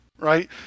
right